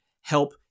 help